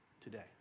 today